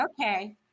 Okay